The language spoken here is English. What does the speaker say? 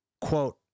quote